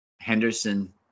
Henderson